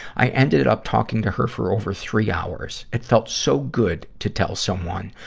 i ended up talking to her for over three hours. it felt so good to tell someone.